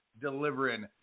delivering